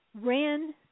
ran